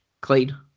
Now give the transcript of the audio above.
clean